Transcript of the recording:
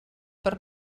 per